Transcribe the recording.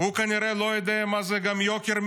הוא כנראה גם לא יודע מה זה יוקר מחיה,